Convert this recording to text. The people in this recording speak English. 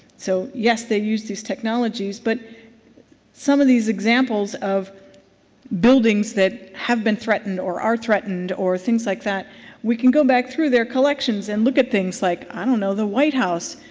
so yes, they use these technologies. but some of these examples of buildings that have been threatened or are threatened or things like that we can go back to their collections and look at things like ah you know the white house.